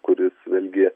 kuris vėlgi